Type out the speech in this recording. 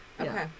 Okay